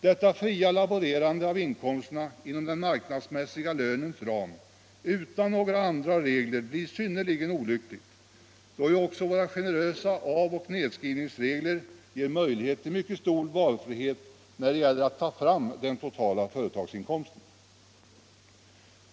Detta fria laborerande med inkomsterna inom den marknadsmässiga lönens ram utan några andra regler blir synnerligen olyckligt, då ju också våra generösa avskrivningsoch nedskrivningsregler ger möjligheter till mycket stor valfrihet när det gäller att få fram den totala företagsinkomsten.